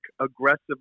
aggressively